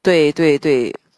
对对对